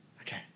Okay